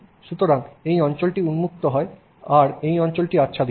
সুতরাং এই অঞ্চলটি উন্মুক্ত হয় আর এই অঞ্চলটি আচ্ছাদিত